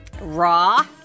Raw